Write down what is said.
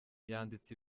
yanditse